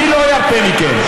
אני לא ארפה מכם,